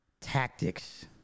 tactics